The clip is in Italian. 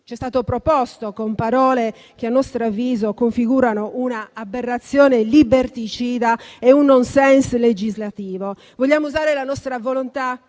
ci è stato proposto con parole che a nostro avviso configurano un'aberrazione liberticida e un *nonsense* legislativo. Vogliamo usare la nostra volontà